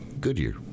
Goodyear